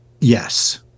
Yes